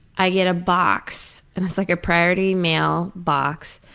i get a box and it's like a priority mail box